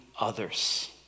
others